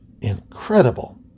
Incredible